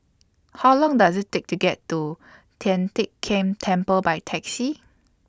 How Long Does IT Take to get to Tian Teck Keng Temple By Taxi